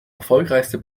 erfolgreichste